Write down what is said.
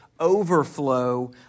overflow